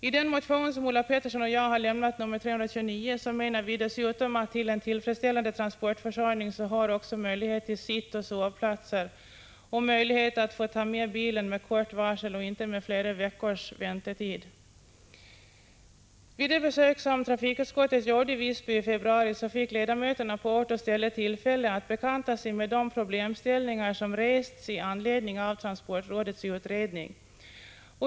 I den motion som Ulla Pettersson och jag har väckt, nr 329, menar vi dessutom att till en tillfredsställande transportförsörjning hör också möjlighet till sittoch sovplatser samt möjlighet att få ta med bilen med kort varsel, och inte med flera veckors väntetid. Vid det besök som trafikutskottet gjorde i Visby i februari fick ledamöterna på ort och ställe tillfälle att bekanta sig med de problemställningar som rests i anledning av transportrådets utredning.